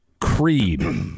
Creed